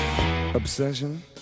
obsession